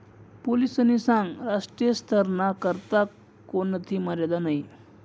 पोलीसनी सांगं राष्ट्रीय स्तरना करता कोणथी मर्यादा नयी